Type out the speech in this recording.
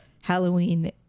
halloween